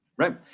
Right